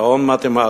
גאון מתמטי.